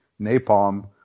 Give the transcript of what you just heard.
napalm